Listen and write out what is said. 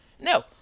No